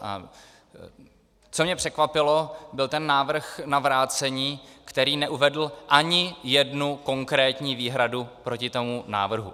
A co mě překvapilo, byl ten návrh na vrácení, který neuvedl ani jednu konkrétní výhradu proti tomu návrhu.